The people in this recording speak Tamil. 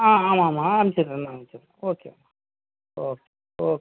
ஆமாம் ஆமாம் அனுப்பிச்சிடுறேங்க மேடம் சரி சரி ஓகே சரி சரி ஓகே ஓகே தேங்க்யூ